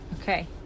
Okay